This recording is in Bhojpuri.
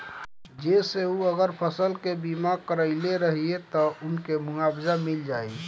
जेसे उ अगर फसल के बीमा करइले रहिये त उनके मुआवजा मिल जाइ